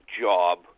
job